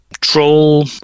troll